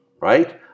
right